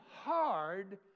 hard